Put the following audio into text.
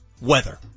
weather